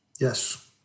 Yes